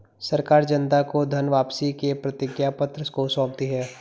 सरकार जनता को धन वापसी के प्रतिज्ञापत्र को सौंपती है